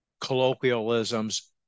colloquialisms